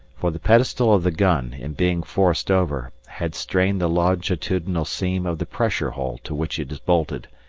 for the pedestal of the gun, in being forced over, had strained the longitudinal seam of the pressure hull, to which it is bolted,